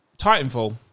Titanfall